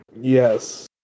yes